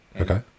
Okay